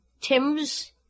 Tim's